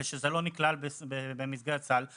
ושזה לא נכלל במסגרת הסל.